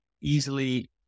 easily